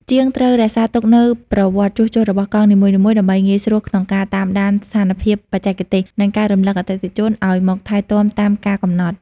ជាងត្រូវរក្សាទុកនូវប្រវត្តិជួសជុលរបស់កង់នីមួយៗ ដើម្បីងាយស្រួលក្នុងការតាមដានស្ថានភាពបច្ចេកទេស និងការរំលឹកអតិថិជនឱ្យមកថែទាំតាមកាលកំណត់។